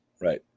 Right